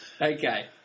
Okay